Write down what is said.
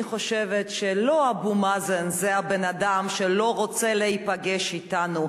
אני חושבת שלא אבו מאזן הוא הבן-אדם שלא רוצה להיפגש אתנו,